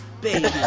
baby